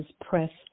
Pressed